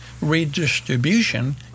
redistribution